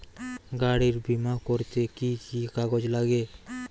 গাড়ীর বিমা করতে কি কি কাগজ লাগে?